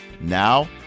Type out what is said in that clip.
Now